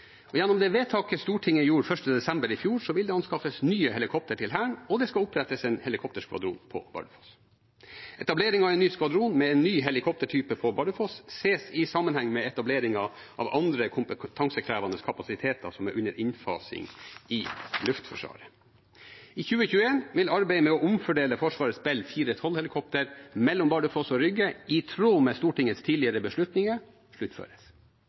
vedtak. Gjennom det vedtaket som Stortinget fattet 1. desember i fjor, vil det anskaffes nye helikoptre til Hæren, og det skal opprettes en helikopterskvadron på Bardufoss. Etableringen av en ny skvadron med en ny helikoptertype på Bardufoss ses i sammenheng med etableringen av andre kompetansekrevende kapasiteter, som er under innfasing i Luftforsvaret. I 2021 vil arbeidet med å omfordele Forsvarets Bell 412-helikoptre mellom Bardufoss og Rygge, i tråd med Stortingets tidligere beslutninger, sluttføres.